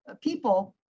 people